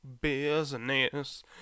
business